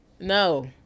No